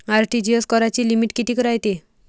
RTGS कराची limit कितीक रायते?